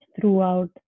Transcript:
throughout